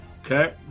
Okay